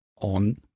on